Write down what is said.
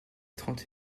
trente